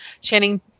Channing